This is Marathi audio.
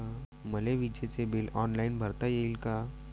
मले विजेच बिल ऑनलाईन भरता येईन का?